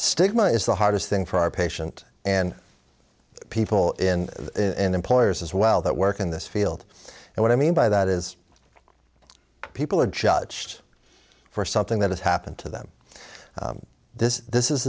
stigma is the hardest thing for our patient and people in employers as well that work in this field and what i mean by that is people are judged for something that has happened to them this this is